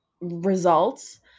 results